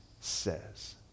says